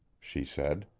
she said.